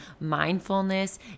mindfulness